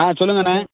ஆ சொல்லுங்கண்ணே